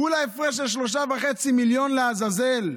כולה הפרש של 3.5 מיליון, לעזאזל.